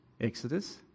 Exodus